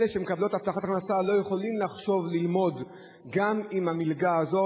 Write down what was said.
אלה שמקבלות הבטחת הכנסה לא יכולות לחשוב ללמוד גם עם המלגה הזאת,